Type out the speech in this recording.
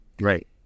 Right